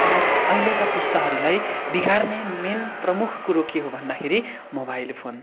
तर अहिलेका पुस्ताहरूलाई बिगार्ने मेन प्रमुख कुरो के हो भन्दाखेरि मोबाइल फोन